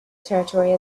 territory